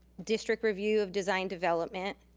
district review of design development,